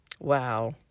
Wow